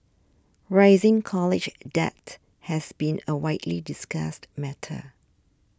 rising college debt has been a widely discussed matter